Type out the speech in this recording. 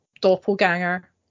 doppelganger